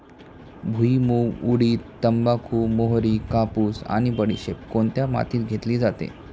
भुईमूग, उडीद, तंबाखू, मोहरी, कापूस आणि बडीशेप कोणत्या मातीत घेतली जाते?